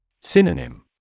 Synonym